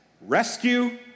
rescue